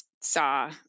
saw